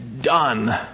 done